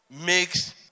makes